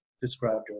described